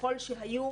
ככל שהיו,